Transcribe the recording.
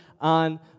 on